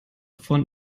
von